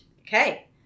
Okay